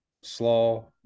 slaw